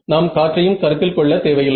நாம் காற்றையும் கருத்தில் கொள்ள தேவை இல்லை